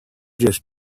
just